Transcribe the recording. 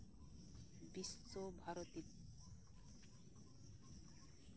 Visva Bharati